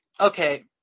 okay